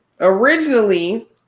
originally